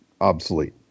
obsolete